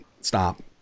stop